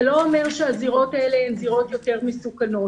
זה לא אומר שהזירות האלה הן זירות יותר מסוכנות.